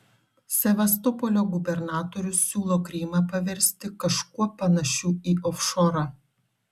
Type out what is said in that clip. sevastopolio gubernatorius siūlo krymą paversti kažkuo panašiu į ofšorą